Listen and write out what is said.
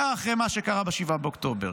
-- בעיקר אחרי מה שקרה ב-7 באוקטובר,